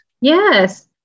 Yes